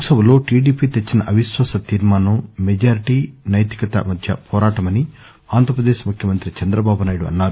లోక్ సభలో టిడిపి తెచ్చిన అవిశ్వాస తీర్మానం మెజార్టీ నైతికత మధ్య వోరాటమని ఆంధ్రప్రదేశ్ ముఖ్యమంత్రి చంద్రబాబునాయుడు అన్నారు